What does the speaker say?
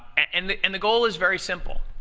and the and the goal is very simple.